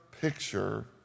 picture